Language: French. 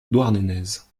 douarnenez